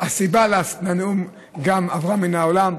גם הסיבה לנאום עברה מן העולם.